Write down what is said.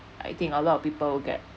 I think a lot of people will get